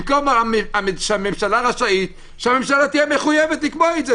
במקום ש"הממשלה תהיה רשאית" ש"הממשלה תהיה מחויבת" לקבוע את זה.